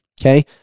Okay